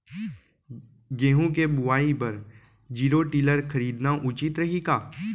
गेहूँ के बुवाई बर जीरो टिलर खरीदना उचित रही का?